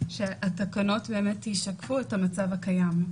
המצב הקיים,